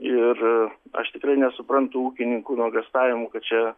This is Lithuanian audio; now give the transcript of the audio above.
ir aš tikrai nesuprantu ūkininkų nuogąstavimų kad čia